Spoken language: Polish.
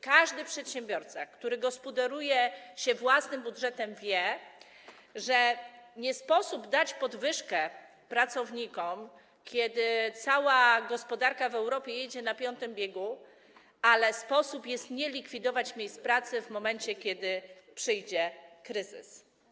Każdy przedsiębiorca, który gospodaruje własnym budżetem, wie, że nie sztuka dać podwyżkę pracownikom, kiedy cała gospodarka w Europie jedzie na piątym biegu, ale sztuką jest nie likwidować miejsc pracy w momencie, kiedy przyjdzie kryzys.